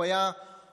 הוא היה עוצר,